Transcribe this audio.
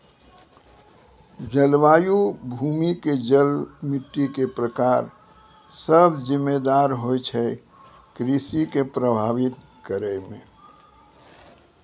जलवायु, भूमि के जल, मिट्टी के प्रकार सब जिम्मेदार होय छै कृषि कॅ प्रभावित करै मॅ